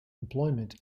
employment